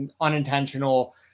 unintentional